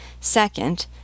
Second